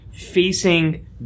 facing